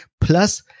Plus